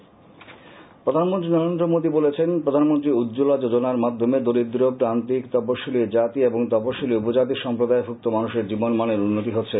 প্রধানমন্ত্রী প্রধানমন্ত্রী নরেন্দ্র মোদি বলেছেন প্রধানমন্ত্রী উজ্জ্বলা যোজনার মাধ্যমে দরিদ্র প্রান্তিক তফশিলী জাতি এবং তফশিলী উপজাতি সম্প্রদায়ভুক্ত মানুষের জীবনমানের উন্নতি হচ্ছে